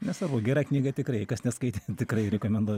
nesvarbu gera knyga tikrai kas neskaitė tikrai rekomenduoju